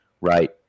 right